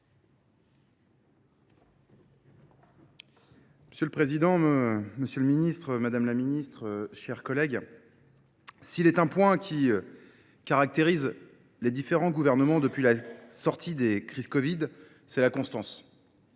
Monsieur le président monsieur le ministre madame la ministre chers collègues S'il est un point qui caractérise les différents gouvernements depuis la sortie des crises Covid, c'est la constance.